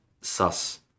sus